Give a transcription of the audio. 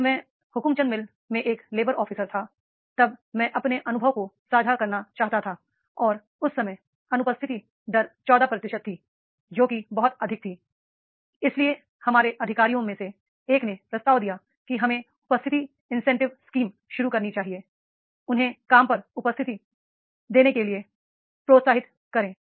जब मैं हुकुमचंद मिल में एक लेबर ऑफिसर था तब मैं अपने अनुभव को साझा करना चाहता था और उस समय अनुपस्थिति दर 14 प्रतिशत थी जो कि बहुत अधिक थी इसलिए हमारे अधिकारियों में से एक ने प्रस्ताव दिया कि हमें उपस्थिति इंसेंटिव स्कीम शुरू करनी चाहिए उन्हें काम पर उपस्थिति देने के लिए प्रोत्साहित करें